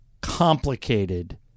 complicated